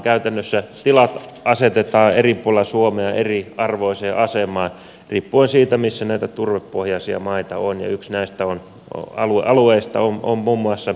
käytännössä tilat asetetaan eri puolilla suomea eriarvoiseen asemaan riippuen siitä missä näitä turvepohjaisia maita on ja muun muassa yksi näistä alueista on etelä pohjanmaalla